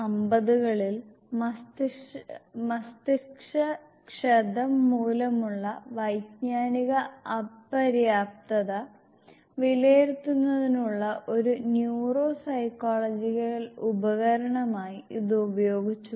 1950 കളിൽ മസ്തിഷ്ക ക്ഷതം മൂലമുള്ള വൈജ്ഞാനിക അപര്യാപ്തത വിലയിരുത്തുന്നതിനുള്ള ഒരു ന്യൂറോ സൈക്കോളജിക്കൽ ഉപകരണമായി ഇത് ഉപയോഗിച്ചു